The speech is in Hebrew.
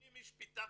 80 איש פיטרתי,